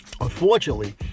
Unfortunately